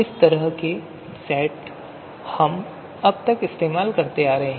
इस तरह के सेट हम अब तक इस्तेमाल करते आ रहे हैं